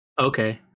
Okay